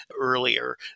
earlier